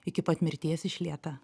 iki pat mirties išlieka